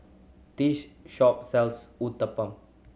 this shop sells Uthapam